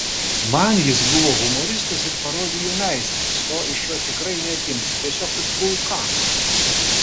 man jis buvo humoristas ir parodijų meistras to iš jo tikrai neatimsi tiesiog kaip vulkanas